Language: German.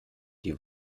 die